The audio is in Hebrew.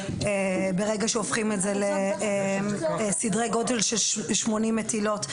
ברגע שהופכים את זה לסדרי גודל של 80 מטילות.